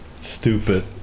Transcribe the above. stupid